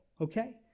okay